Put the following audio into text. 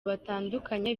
batandukanye